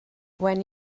when